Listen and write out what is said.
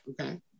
okay